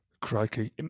Crikey